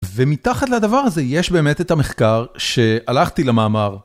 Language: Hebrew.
ומתחת לדבר הזה יש באמת את המחקר שהלכתי למאמר.